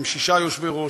עם שישה יושבי-ראש,